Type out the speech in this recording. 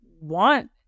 want